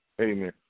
Amen